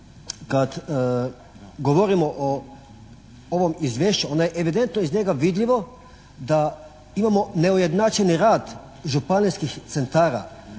kad govorimo o ovom izvješću onda je evidentno iz njega vidljivo da imamo neujednačeni rad županijskih centara.